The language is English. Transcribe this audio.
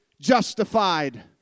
justified